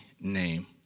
name